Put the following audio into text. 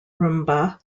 rumba